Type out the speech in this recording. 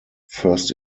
first